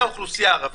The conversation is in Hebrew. בני האוכלוסייה הערבית,